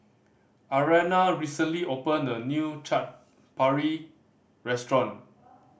Ariana recently opened a new Chaat Papri Restaurant